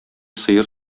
сыер